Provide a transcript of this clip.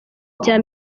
icya